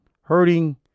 hurting